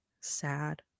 Sad